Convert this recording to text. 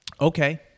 Okay